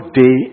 day